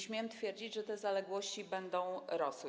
Śmiem twierdzić, że te zaległości będą rosły.